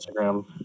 Instagram